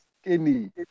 skinny